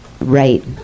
right